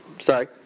sorry